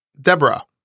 Deborah